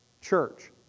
church